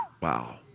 Wow